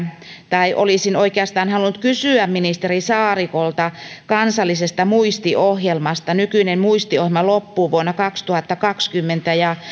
tai josta olisin oikeastaan halunnut kysyä ministeri saarikolta on kansallinen muistiohjelma nykyinen muistiohjelma loppuu vuonna kaksituhattakaksikymmentä ja